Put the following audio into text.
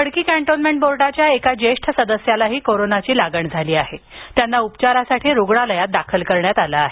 Khadki cantonment बोर्डाच्या एका ज्येष्ठ सदस्यालाही कोरोनाची लागण झाली असून त्यांना पुढील उपचारासाठी रुग्णालयात दाखल करण्यात आले आहे